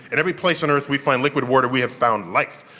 and every place on earth we find liquid water, we have found life.